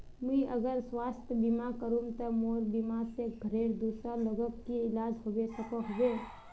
मुई अगर स्वास्थ्य बीमा करूम ते मोर बीमा से घोरेर दूसरा लोगेर इलाज होबे सकोहो होबे?